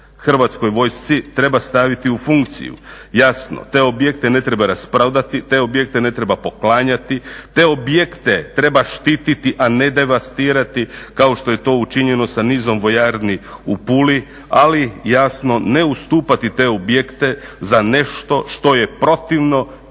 Hrvatskoj vojsci treba staviti u funkciju. Jasno, te objekte ne treba rasprodati, te objekte ne treba poklanjati, te objekte treba štiti a ne devastirati kao što je to učinjeno sa nizom vojarni u Puli, ali jasno ne ustupati te objekte za nešto što je protivno